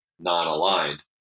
non-aligned